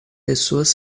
pessoas